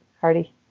Hardy